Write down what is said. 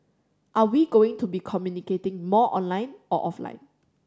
are we going to be communicating more online or offline